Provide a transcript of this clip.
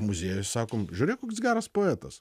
muziejuj sakom žiūrėk koks geras poetas